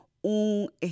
un